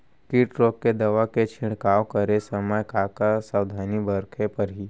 किट रोके के दवा के छिड़काव करे समय, का का सावधानी बरते बर परही?